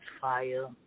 fire